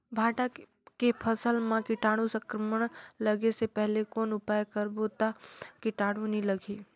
भांटा के फसल मां कीटाणु संक्रमण लगे से पहले कौन उपाय करबो ता कीटाणु नी लगही?